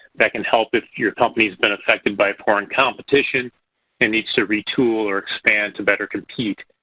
that could help if your company has been affected by foreign competition and needs to retool or expand to better compete.